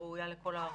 ראויה לכל הערכה.